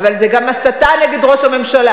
אבל זה גם הסתה נגד ראש הממשלה,